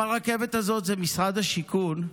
אם הרכבת הזאת היא משרד השיכון,